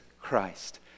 Christ